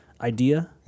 idea